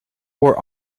where